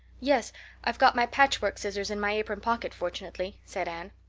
yes. i've got my patchwork scissors in my apron pocket fortunately, said anne.